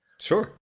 sure